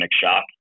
shock